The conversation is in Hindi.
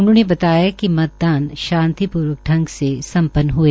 उन्होंने बताया कि मतदान शांति पूर्वक प्रंग से सम्पन्न हए